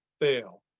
fail